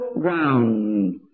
ground